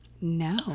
no